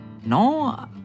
No